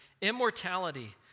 immortality